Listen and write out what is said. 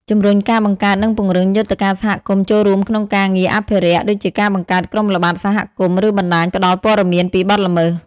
ជំរុញការបង្កើត និងពង្រឹង យន្តការសហគមន៍ចូលរួមក្នុងការងារអភិរក្ស ដូចជាការបង្កើតក្រុមល្បាតសហគមន៍ ឬបណ្តាញផ្តល់ព័ត៌មានពីបទល្មើស។